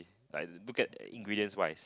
like look at the ingredients wise